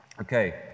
Okay